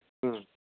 ꯎꯝ